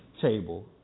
table